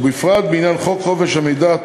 ובפרט בעניין חוק חופש המידע,